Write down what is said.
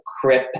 crip